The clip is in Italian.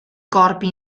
corpi